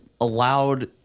allowed